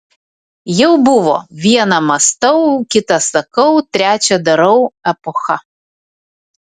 jau buvo viena mąstau kita sakau trečia darau epocha